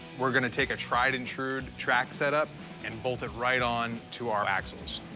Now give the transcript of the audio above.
we're going to take a tried-and-true track setup and bolt it right on to our axles.